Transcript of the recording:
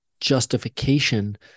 justification